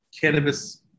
cannabis